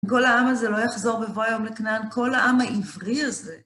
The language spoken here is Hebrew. כל העם הזה לא יחזור בבוא היום לכנען, כל העם העברי הזה.